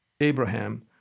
Abraham